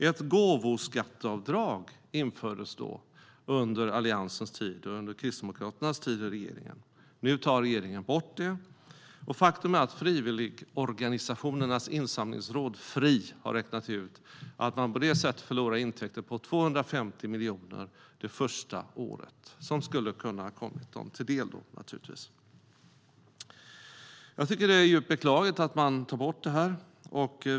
Ett gåvoskatteavdrag infördes under Alliansens och Kristdemokraternas tid i regeringen. Nu tar regeringen bort det. Faktum är att Frivilligorganisationernas insamlingsråd, Frii, har räknat ut att man på detta sätt förlorar intäkter på 250 miljoner kronor det första året, som naturligtvis skulle ha kunnat komma dem till del. Jag tycker att det är djupt beklagligt att man tar bort detta.